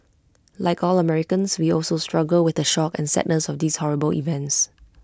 like all Americans we also struggle with the shock and sadness of these horrible events